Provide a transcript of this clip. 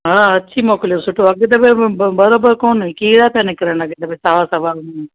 हा अच्छी मोकिलियो सुठो अॻिए दफ़े बराबरि कोन्ह हुई कीड़ा था निकरनि अॻिए दफ़े तव्हां सवा